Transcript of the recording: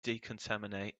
decontaminate